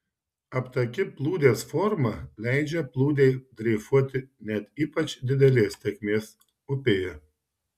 aptaki plūdės forma leidžia plūdei dreifuoti net ypač didelės tėkmės upėje